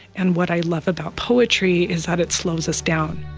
and what i love about poetry is that it slows us down